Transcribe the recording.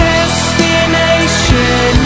Destination